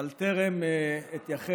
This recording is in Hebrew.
אבל טרם אתייחס